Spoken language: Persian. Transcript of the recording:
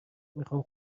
میخوام